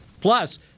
Plus